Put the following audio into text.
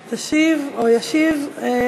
מבקשים לצרף את קולם, בעד.